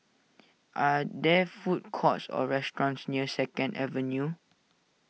are there food courts or restaurants near Second Avenue